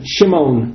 Shimon